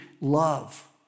love